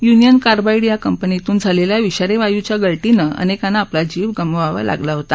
union carbide या कंपनीमधून झालेल्या विषारी वायुच्या गळतीने अनेकांना आपला जीव गमवावा लागला होता